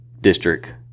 district